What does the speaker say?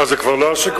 אה, זה כבר לא השקמה?